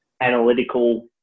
analytical